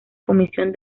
comisión